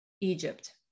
Egypt